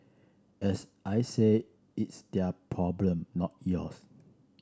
as I said it's their problem not yours